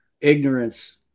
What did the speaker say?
ignorance